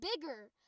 bigger